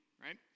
right